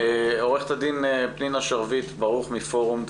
עורכת הדין פנינה שרביט ברוך מפורום דבורה.